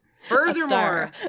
furthermore